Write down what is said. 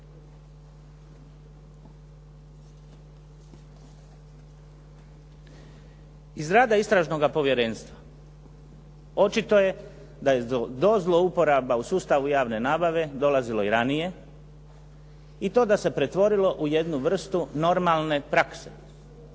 Iz rada Istražnoga povjerenstva očito je da je do zlouporaba u sustavu javne nabave dolazilo i ranije i to da se pretvorilo u jednu vrstu normalne prakse,